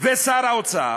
ושר האוצר